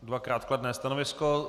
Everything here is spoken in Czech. Dvakrát kladné stanovisko.